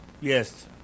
Yes